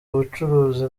ubucuruzi